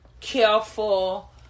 careful